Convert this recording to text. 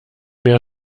mehr